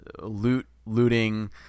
loot-looting